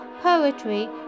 poetry